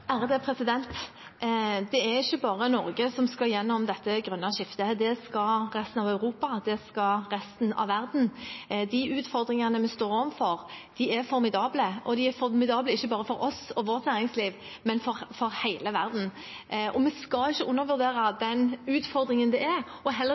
Det er ikke bare Norge som skal gjennom dette grønne skiftet. Det skal resten av Europa; det skal resten av verden. Utfordringene vi står overfor, er formidable, og de er ikke formidable for bare oss og vårt næringsliv, men for hele verden. Vi skal ikke undervurdere den utfordringen det er, og heller